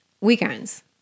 weekends